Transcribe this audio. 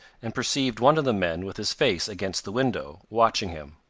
and perceived one of the men with his face against the window, watching him.